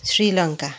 Sri Lanka